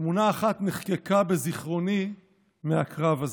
תמונה אחת נחקקה בזיכרוני מהקרב הזה.